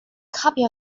copy